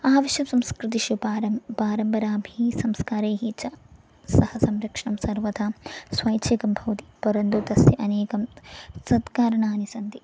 आवश्यकसंस्कृतिषु परम् पारम्पराभिः संस्कारैः च सह संरक्षणं सर्वथा स्वैच्छिकं भवति परन्तु तस्य अनेकं सत्कारणानि सन्ति